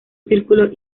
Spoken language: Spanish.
círculo